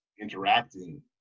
interacting